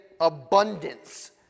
abundance